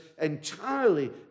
entirely